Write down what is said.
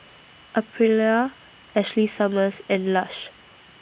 Aprilia Ashley Summers and Lush